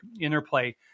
interplay